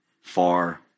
far